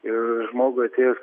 ir žmogui atėjus